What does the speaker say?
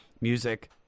music